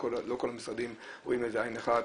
לא כל המשרדים רואים את זה בעין אחת,